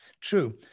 True